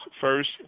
first